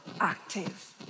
active